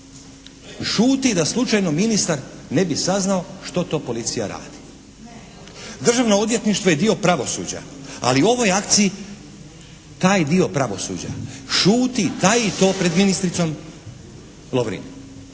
Šuti da slučajno ministar ne bi saznao što to policija radi. Državno odvjetništvo je dio pravosuđa. Ali u ovoj akciji taj dio pravosuđa šuti, taji to pred ministricom Lovrin.